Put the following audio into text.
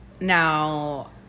Now